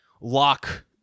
lock